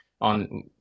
on